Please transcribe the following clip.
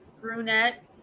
brunette